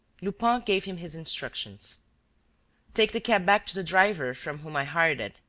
lupin gave him his instructions take the cab back to the driver from whom i hired it.